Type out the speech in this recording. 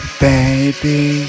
baby